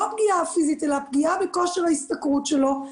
לא הפגיעה הפיזית אלא הפגיעה בכושר ההשתכרות שלו.